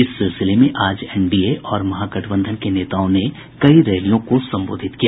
इस सिलसिले में आज एनडीए और महागठबंधन के नेताओं ने कई रैलियों को संबोधित किया